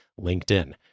LinkedIn